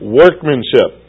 workmanship